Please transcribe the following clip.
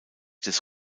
des